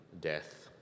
death